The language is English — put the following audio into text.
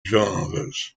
genres